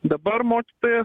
dabar mokytojas